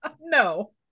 no